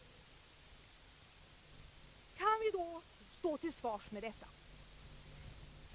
Kan vi då stå till svars med detta?